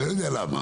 אני לא יודע למה.